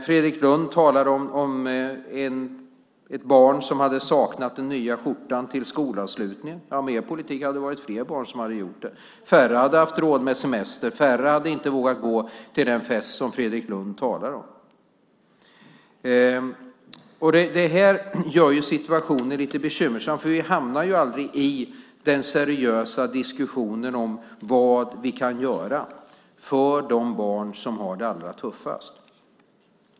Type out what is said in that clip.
Fredrik Lundh talade om ett barn som hade saknat den nya skjortan till skolavslutningen. Ja, med er politik hade det varit fler barn som hade gjort det. Färre hade haft råd med semester. Färre hade vågat gå till den fest som Fredrik Lundh talar om. Det här gör situationen lite bekymmersam, för vi hamnar aldrig i en seriös diskussion om vad vi kan göra för de barn som har det allra tuffast.